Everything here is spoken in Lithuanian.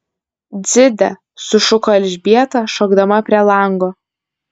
dzide sušuko elžbieta šokdama prie lango